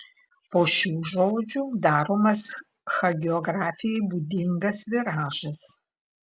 po šių žodžių daromas hagiografijai būdingas viražas